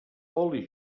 oli